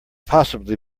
possibly